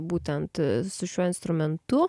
būtent su šiuo instrumentu